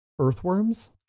earthworms